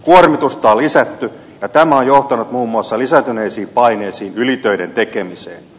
kuormitusta on lisätty ja tämä on johtanut muun muassa lisääntyneisiin paineisiin ylitöiden tekemiseen